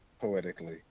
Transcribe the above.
poetically